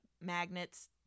magnets